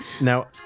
now